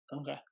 Okay